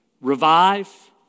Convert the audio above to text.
Revive